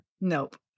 Nope